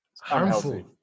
harmful